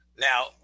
Now